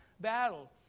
battle